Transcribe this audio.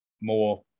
more